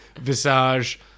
Visage